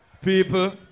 People